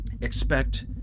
expect